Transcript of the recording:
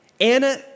Anna